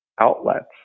outlets